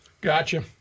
Gotcha